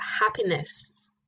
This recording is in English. happiness